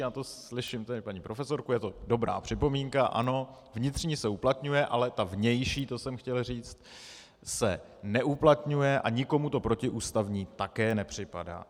Já to slyším, tady paní profesorku, je to dobrá připomínka, ano, vnitřní se uplatňuje, ale ta vnější, to jsem chtěl říct, se neuplatňuje a nikomu to protiústavní také nepřipadá.